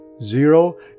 Zero